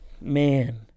man